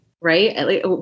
right